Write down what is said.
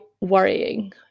worrying